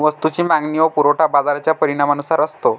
वस्तूची मागणी व पुरवठा बाजाराच्या परिणामानुसार असतो